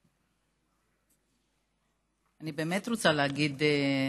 אני באמת רוצה להגיד,